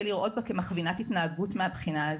מאוד לראות בה כמכווינת התנהגות מהבחינה הזאת.